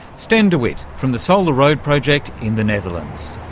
sten de wit from the solaroad project in the netherlands.